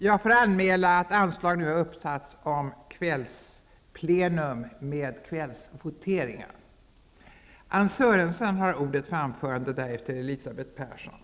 Jag får meddela att anslag nu har satts upp om att detta sammanträde skall fortsätta efter kl. 19.00.